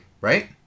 right